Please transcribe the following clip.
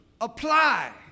apply